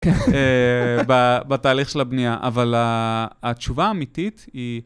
בתהליך של הבנייה, אבל התשובה האמיתית היא...